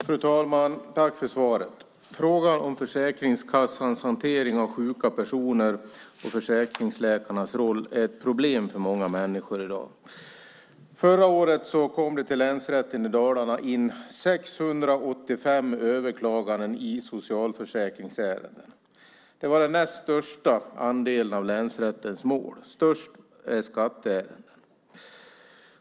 Fru talman! Jag tackar för svaret. Frågan om Försäkringskassans hantering av sjuka personer och försäkringsläkarnas roll är ett problem för många människor i dag. Förra året kom det till Länsrätten i Dalarna in 685 överklaganden i socialförsäkringsärenden. Det var den näst största andelen av länsrättens mål. Störst är skatteärenden.